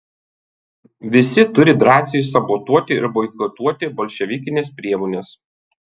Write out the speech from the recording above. visi turi drąsiai sabotuoti ir boikotuoti bolševikines priemones